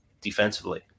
defensively